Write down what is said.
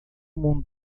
mundo